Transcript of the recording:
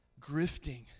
Grifting